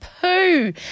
poo